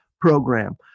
program